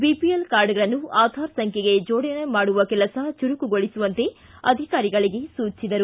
BOL ಕಾರ್ಡ್ಗಳನ್ನು ಆಧಾರ್ ಸಂಖ್ಯೆಗೆ ಜೋಡಣೆ ಮಾಡುವ ಕೆಲಸ ಚುರುಕುಗೊಳಿಸುವಂತೆ ಅಧಿಕಾರಿಗಳಿಗೆ ಸೂಚಿಸಲಾಗಿದೆ